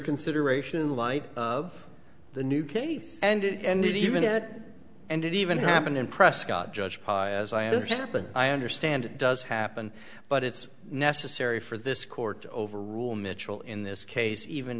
consideration in light of the new case and even at and it even happened in prescott judge paez i understand but i understand it does happen but it's necessary for this court to overrule mitchell in this case even